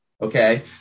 Okay